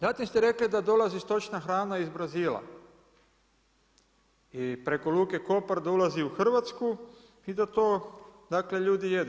Zatim ste rekli da dolazi stočna hrana iz Brazila i preko luke Kopar da ulazi u Hrvatsku i da to, dakle ljudi jedu.